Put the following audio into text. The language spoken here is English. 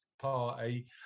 party